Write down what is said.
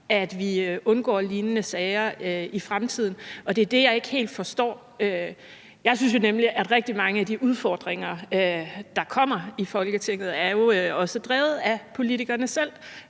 at vi undgår lignende sager i fremtiden? Det er det, jeg ikke helt forstår. Jeg synes nemlig, at rigtig mange af de udfordringer, der opstår i Folketinget, også er drevet af politikerne selv,